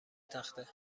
تخته